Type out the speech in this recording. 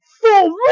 full